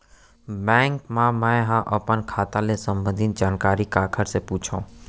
Bank मा मैं ह अपन खाता ले संबंधित जानकारी काखर से पूछव?